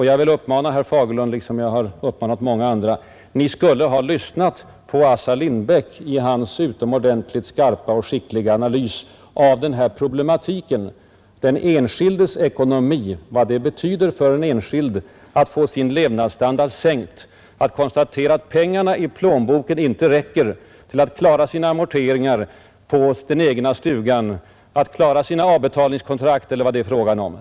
Jag vill uppmana herr Fagerlund, liksom jag har uppmanat många andra: Ni skulle ha lyssnat på Assar Lindbeck i hans utomordentligt skarpa och skickliga analys av den här problematiken — den enskildes ekonomi, vad det betyder för den enskilde att få sin levnadsstandard sänkt, då han konstaterar att pengarna i plånboken inte räcker till att klara amorteringar på den egna stugan, att klara avbetalningskontrakt eller andra liknande åtaganden.